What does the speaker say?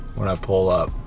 when i pull up.